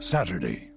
Saturday